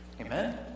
Amen